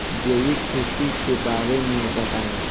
जैविक खेती के बारे में बताइ